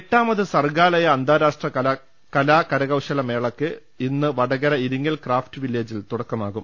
എട്ടാമത് സർഗാലയ അന്താരാഷ്ട്ര കലാ കരകൌശല മേളക്ക് ഇന്ന് വടകര ഇരിങ്ങൽ ക്രാഫ്റ്റ് വില്ലേജിൽ തുടക്കമാകും